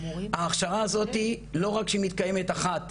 ההכשרה הזאתי, לא רק שהיא מתקיימת אחת